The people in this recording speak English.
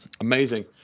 amazing